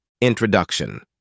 Introduction